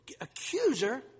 accuser